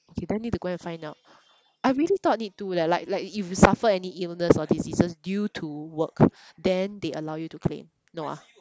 okay then I need to go and find out I really thought need to leh like like if you suffer any illness or diseases due to work then they allow you to claim no ah